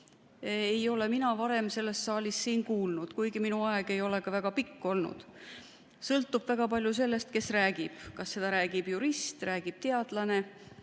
ei ole mina varem selles saalis kuulnud – aga minu aeg ei ole ka väga pikk olnud. Sõltub väga palju sellest, kes räägib – kas räägib jurist, räägib teadlane,